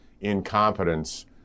incompetence